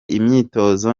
imyitozo